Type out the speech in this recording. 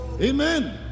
Amen